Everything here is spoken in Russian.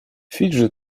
фиджи